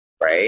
right